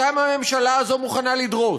אותם הממשלה הזו מוכנה לדרוס.